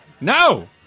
No